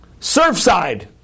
Surfside